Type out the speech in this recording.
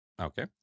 Okay